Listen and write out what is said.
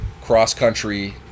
cross-country